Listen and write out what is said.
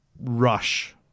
rush